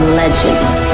legends